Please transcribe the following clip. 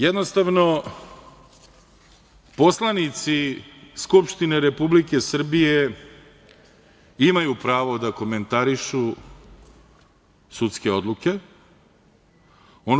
Jednostavno, poslanici Skupštine Republike Srbije imaju pravo da komentarišu sudske odluke.